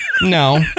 No